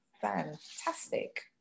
fantastic